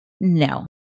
No